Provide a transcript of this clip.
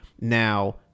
Now